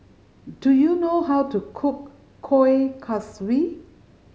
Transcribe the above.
do you know how to cook Kuih Kaswi